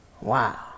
Wow